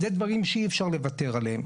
אלה דברים שאי אפשר לוותר עליהם.